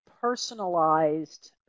personalized